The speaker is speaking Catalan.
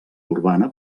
urbana